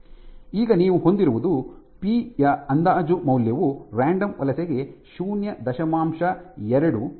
ಈಗ ನೀವು ಹೊಂದಿರುವುದು ಪಿ ಯ ಅಂದಾಜು ಮೌಲ್ಯವು ರಾಂಡಮ್ ವಲಸೆಗೆ ಶೂನ್ಯ ದಶಮಾಂಶ ಎರಡು 0